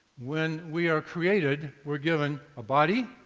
when we are created, we are given a body,